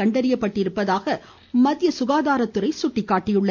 கண்டறியப்பட்டிருப்பதாகவும் மத்திய சுகாதாரத்துறை அமைச்சகம் கூறியுள்ளது